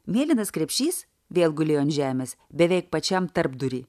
mėlynas krepšys vėl gulėjo ant žemės beveik pačiam tarpdury